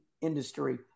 industry